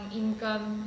income